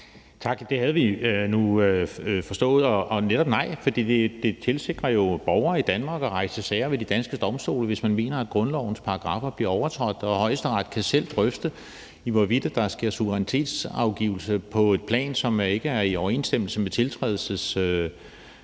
(RV): Det havde vi nu forstået, og jeg vil netop svare nej. For det tilsikres jo borgere i Danmark at rejse sager ved de danske domstole, hvis man mener, at grundlovens paragraffer bliver overtrådt, og Højesteret kan selv drøfte, hvorvidt der sker suverænitetsafgivelse på et plan, som ikke er i overensstemmelse med tiltrædelsestraktaterne